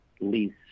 lease